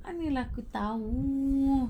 mana lah aku tahu